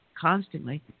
constantly